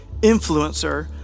influencer